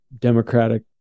democratic